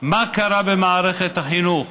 מה קרה במערכת החינוך